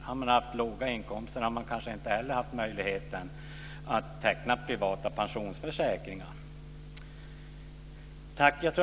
De som har haft låga inkomster kanske inte har haft möjligheten att teckna privata pensionsförsäkringar.